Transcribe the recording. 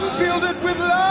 build it with